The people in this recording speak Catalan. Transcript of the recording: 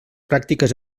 pràctiques